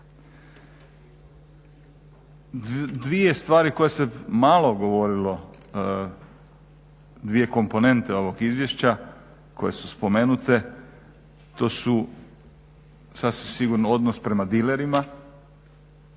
Dvije stvari koje se malo govorilo, dvije komponente ovog izvješća koje su spomenute, to su sasvim sigurno odnos prema dilerima,